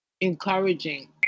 encouraging